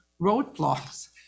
roadblocks